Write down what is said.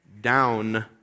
down